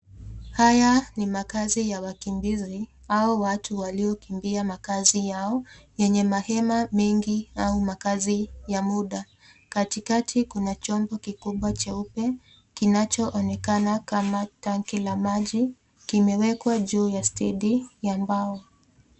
Haya ni makazi au watu waliongia makaazi yao yenye mahema mingi au makazi ya muda, katikati kuna chombo kikubwa cheupe kinachoonekana kama tangi la maji kimewekwa juu ya stedi ya mbao.